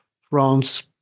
France